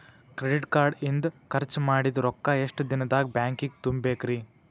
Credit card ಇಂದ್ ಖರ್ಚ್ ಮಾಡಿದ್ ರೊಕ್ಕಾ ಎಷ್ಟ ದಿನದಾಗ್ ಬ್ಯಾಂಕಿಗೆ ತುಂಬೇಕ್ರಿ?